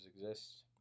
exist